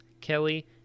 Kelly